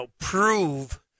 prove